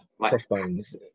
crossbones